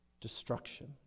destruction